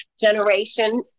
generation